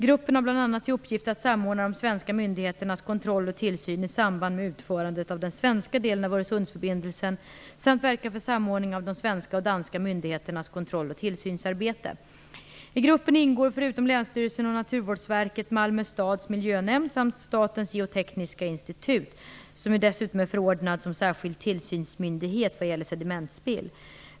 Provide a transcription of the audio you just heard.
Gruppen har bl.a. till uppgift att samordna de svenska myndigheternas kontroll och tillsyn i samband med utförandet den svenska delen av Öresundsförbindelsen samt verka för samordning av de svenska och danska myndigheternas kontroll och tillsynsarbete. I gruppen ingår, förutom länsstyrelsen och Naturvårdsverket, Malmö stads miljönämnd samt Statens geotekniska institut, som dessutom är förordnad som särskild tillsynsmyndighet vad gäller sedimentsspill.